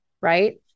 Right